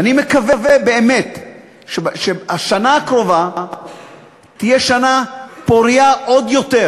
ואני מקווה באמת שהשנה הקרובה תהיה שנה פורייה עוד יותר.